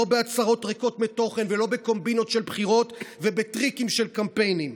לא בהצהרות ריקות מתוכן ולא בקומבינות של בחירות ובטריקים של קמפיינים,